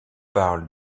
parle